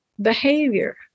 behavior